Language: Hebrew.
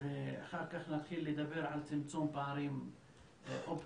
ואחר כך להתחיל לדבר על צמצום פערים אופטיים.